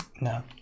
No